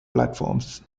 platforms